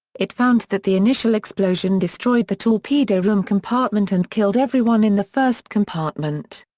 it found that the initial explosion destroyed the torpedo room compartment and killed everyone in the first compartment.